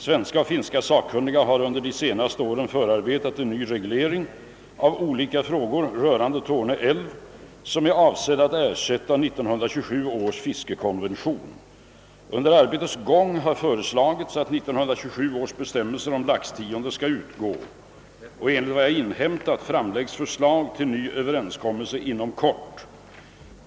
Svenska och finska sakkunniga har under de senaste åren förarbetat en ny reglering av olika frågor rörande Torne älv, som är avsedd att ersätta 1927 års fiskekonvention. Under arbetets gång har föreslagits att 1927 års bestämmelse om laxtionde skall utgå. Enligt vad jag inhämtat framläggs förslag till ny överenskommelse inom kort.